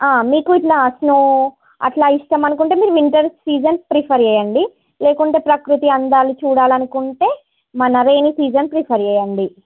మీకు ఇట్లా స్నో అట్లా ఇష్టమనుకుంటే మీరు వింటర్ సీజన్ ప్రిఫర్ చేయండి లేకుంటే ప్రకృతి అందాలు చూడాలనుకుంటే మన రైనీ సీజన్ ప్రిఫర్ చేయండి